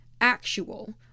actual